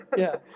yeah,